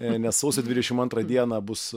nes sausio dvidešimt antrą dieną bus